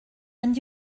and